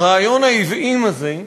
רעיון העוועים הזה,